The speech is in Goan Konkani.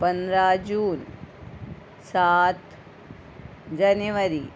पंदरा जून सात जानेवारी